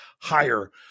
higher